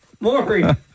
Maury